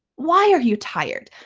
why are you tired?